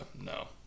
no